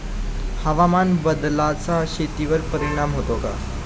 हवामान बदलाचा शेतीवर परिणाम होतो का?